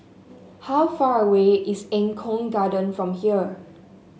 how far away is Eng Kong Garden from here